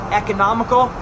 economical